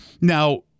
now